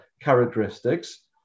characteristics